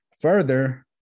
Further